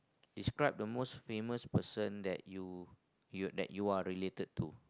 describe the most famous person that you you that you are related to